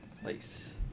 place